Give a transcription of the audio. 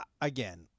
again